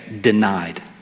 denied